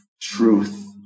truth